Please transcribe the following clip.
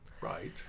right